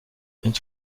une